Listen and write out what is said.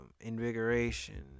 invigoration